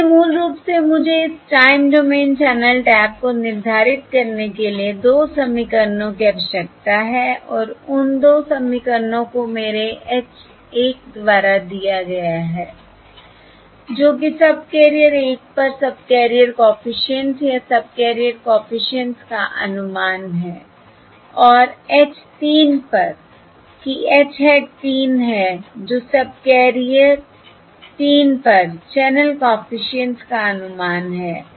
इसलिए मूल रूप से मुझे इस टाइम डोमेन चैनल टैप को निर्धारित करने के लिए 2 समीकरणों की आवश्यकता है और उन 2 समीकरणों को मेरे H 1 द्वारा दिया गया है जो कि सबकैरियर 1 पर सबकेरियर कॉफिशिएंट्स या सबकैरियर कॉफिशिएंट्स का अनुमान है और H 3 पर कि H हैट 3 है जो सबकेरियर 3 पर चैनल कॉफिशिएंट्स का अनुमान है